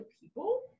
people